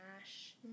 ash